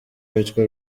witwa